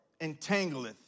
entangleth